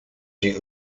die